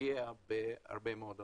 פוגע בהרבה מאוד אנשים.